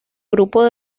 grupo